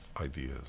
ideas